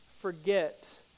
forget